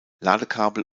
ladekabel